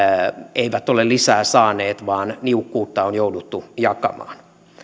eivät ole lisää saaneet vaan niukkuutta on jouduttu jakamaan